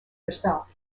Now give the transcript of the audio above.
herself